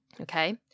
okay